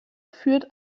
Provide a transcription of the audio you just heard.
führt